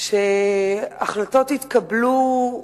כאשר החלטות התקבלו,